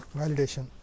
validation